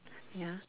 ya